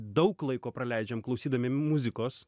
daug laiko praleidžiam klausydami muzikos